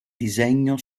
disegno